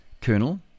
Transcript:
colonel